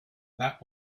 that